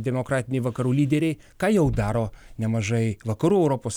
demokratiniai vakarų lyderiai ką jau daro nemažai vakarų europos